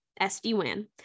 SD-WAN